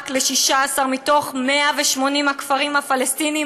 רק ל-16 מתוך 180 הכפרים הפלסטיניים